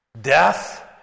death